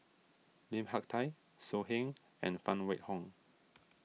Lim Hak Tai So Heng and Phan Wait Hong